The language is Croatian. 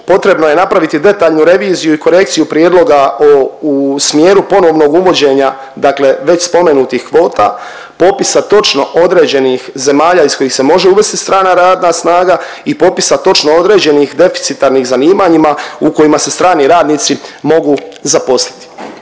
potrebno je napraviti detaljnu reviziju i korekciju prijedloga o u smjeru ponovnog uvođenja već spomenutih kvota, popisa točno određenih zemalja iz kojih se može uvesti strana radna snaga i popisa točno određenih deficitarnih zanimanjima u kojima se strani radnici mogu zaposliti.